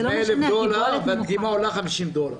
100 אלף דולר והדגימה עולה 50 דולר.